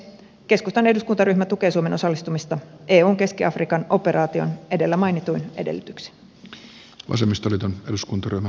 keskustan eduskuntaryhmä tukee suomen osallistumista eun keski afrikan operaatioon edellä mainituin edellytyksin